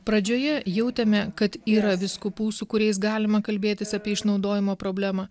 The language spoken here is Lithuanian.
pradžioje jautėme kad yra vyskupų su kuriais galima kalbėtis apie išnaudojimo problemą